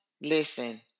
Listen